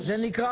אז אני אציין